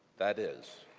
that is